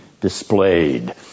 displayed